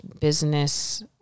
business